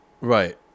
Right